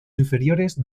inferiores